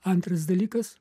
antras dalykas